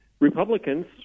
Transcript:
Republicans